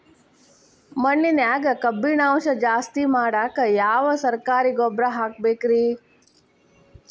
ಮಣ್ಣಿನ್ಯಾಗ ಕಬ್ಬಿಣಾಂಶ ಜಾಸ್ತಿ ಮಾಡಾಕ ಯಾವ ಸರಕಾರಿ ಗೊಬ್ಬರ ಹಾಕಬೇಕು ರಿ?